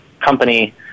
company